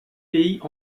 pays